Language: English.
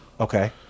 Okay